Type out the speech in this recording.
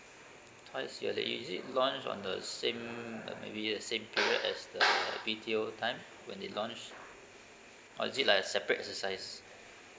twice yearly is it launch on the same uh maybe the same period as the B T O time when they launch or is it like a separate exercise